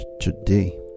today